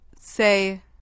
Say